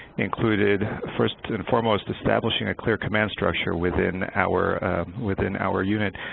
included, first and foremost, establishing a clear command structure within our within our unit.